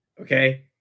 okay